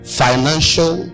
financial